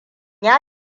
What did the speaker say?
ya